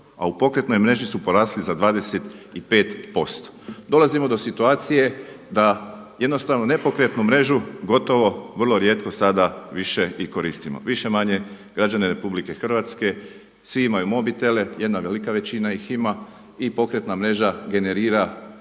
a u pokretnoj mreži su porasli za 25%. Dolazimo do situacije da jednostavno nepokretnu mrežu gotovo vrlo rijetko sada više i koristimo, više-manje građani RH svi imaju mobitele, jedna velika većina ih ima i pokretna mreža generira